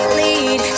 lead